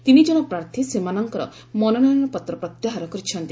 ତିନି ଜଣ ପ୍ରାର୍ଥୀ ସେମାନଙ୍କର ମନୋନୟନ ପତ୍ର ପ୍ରତ୍ୟାହାର କରିଛନ୍ତି